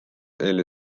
eile